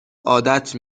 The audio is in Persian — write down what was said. عادت